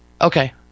Okay